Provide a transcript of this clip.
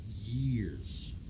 years